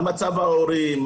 מה המצב ההורים,